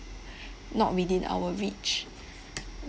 not within our reach